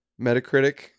Metacritic